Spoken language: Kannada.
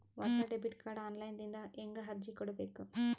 ಹೊಸ ಡೆಬಿಟ ಕಾರ್ಡ್ ಆನ್ ಲೈನ್ ದಿಂದ ಹೇಂಗ ಅರ್ಜಿ ಕೊಡಬೇಕು?